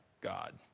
God